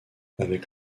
avec